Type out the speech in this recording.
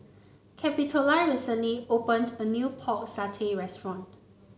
Capitola recently opened a new Pork Satay Restaurant